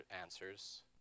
answers